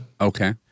Okay